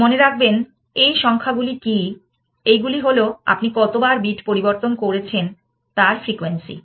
মনে রাখবেন এই সংখ্যাগুলি কী এইগুলি হল আপনি কতবার বিট পরিবর্তন করেছেন তার ফ্রিকোয়েন্সি